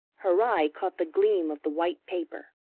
her eye caught the gleam of the white paper.